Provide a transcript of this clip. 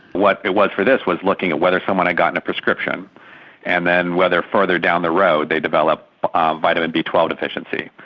what it was for this was looking at whether someone had gotten a prescription and then whether further down the road they develop vitamin b one two ah deficiency,